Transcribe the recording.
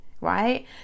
right